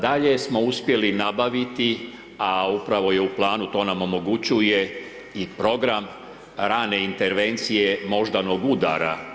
Dalje smo uspjeli nabaviti, a upravo je u planu to nam omogućuje i program rane intervencije moždanog udara.